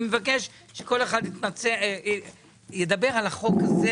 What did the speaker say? אני מבקש שכל אחד ידבר על החוק הזה